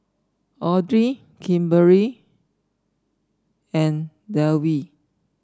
Audry Kimberli and Delwin